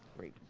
great.